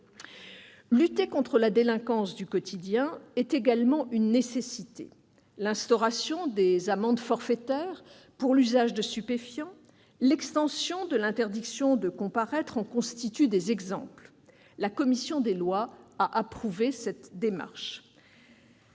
Lutter contre la délinquance du quotidien est également une nécessité. L'instauration des amendes forfaitaires pour l'usage de stupéfiants ou l'extension de l'interdiction de comparaître constituent des exemples à cet égard. La commission des lois a approuvé cette démarche.